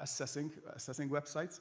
assessing assessing websites.